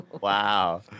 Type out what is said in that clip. Wow